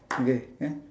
okay can